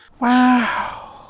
wow